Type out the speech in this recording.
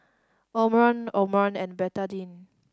Omron Omron and Betadine